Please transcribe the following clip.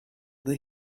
they